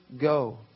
go